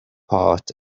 part